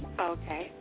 Okay